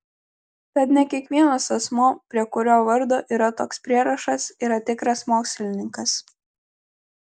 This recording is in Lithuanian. tad ne kiekvienas asmuo prie kurio vardo yra toks prierašas yra tikras mokslininkas